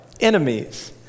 enemies